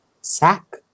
Sack